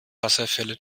wasserfälle